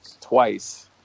twice